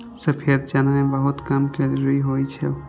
सफेद चना मे बहुत कम कैलोरी होइ छै